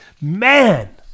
Man